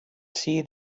see